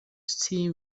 still